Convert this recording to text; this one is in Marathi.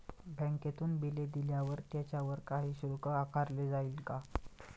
बँकेतून बिले दिल्यावर त्याच्यावर काही शुल्क आकारले जाईल का?